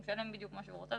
הוא משלם בדיוק מה שהוא רוצה.